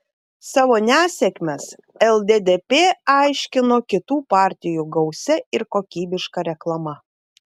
savo nesėkmes lddp aiškino kitų partijų gausia ir kokybiška reklama